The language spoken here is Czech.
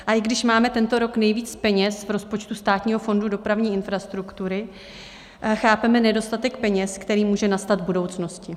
A i když máme tento rok nejvíc peněz v rozpočtu Státního fondu dopravní infrastruktury, chápeme nedostatek peněz, který může nastat v budoucnosti.